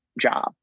job